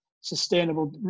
sustainable